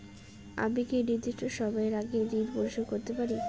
আমি কি নির্দিষ্ট সময়ের আগেই ঋন পরিশোধ করতে পারি?